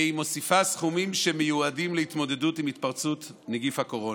והיא מוסיפה סכומים שמיועדים להתמודדות עם התפרצות הגיף הקורונה.